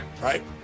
Right